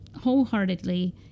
wholeheartedly